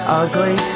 ugly